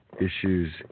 issues